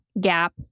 Gap